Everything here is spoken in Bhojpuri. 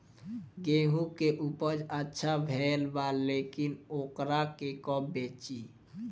गेहूं के उपज अच्छा भेल बा लेकिन वोकरा के कब बेची?